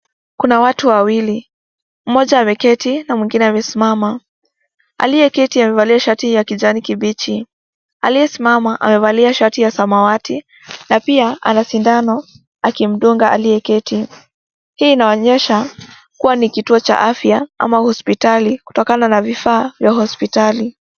Kuna watu wawili mmoja ame keti na mwingine ame simama, alieketi amevalia shati ya kijani kibichi, alie simama amevalia shati ya samawati na pia ana sindano akimdunga alie keti. Hii inaonyesha kuwa ni kituo cha afya au hospitali kutokana na vifaa vya hospitali.